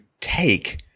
take